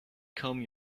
comb